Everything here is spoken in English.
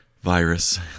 virus